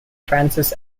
francis